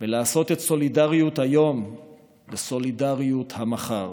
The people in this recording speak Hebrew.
ולעשות את סולידריות היום לסולידריות המחר.